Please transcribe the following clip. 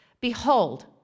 Behold